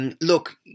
look